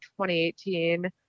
2018